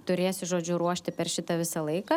turėsiu žodžiu ruošti per šitą visą laiką